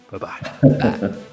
Bye-bye